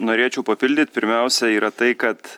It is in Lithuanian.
norėčiau papildyt pirmiausia yra tai kad